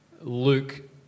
Luke